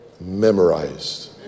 memorized